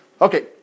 Okay